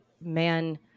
man